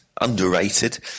underrated